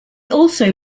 also